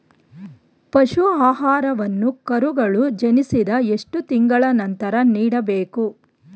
ಪಶು ಆಹಾರವನ್ನು ಕರುಗಳು ಜನಿಸಿದ ಎಷ್ಟು ತಿಂಗಳ ನಂತರ ನೀಡಬೇಕು?